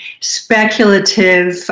speculative